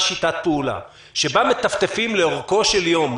שיטת פעולה שבה מטפטפים לאורכו של יום,